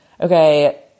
Okay